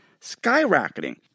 skyrocketing